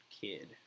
kid